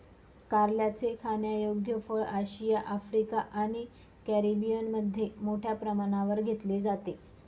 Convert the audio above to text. कारल्याचे खाण्यायोग्य फळ आशिया, आफ्रिका आणि कॅरिबियनमध्ये मोठ्या प्रमाणावर घेतले जाते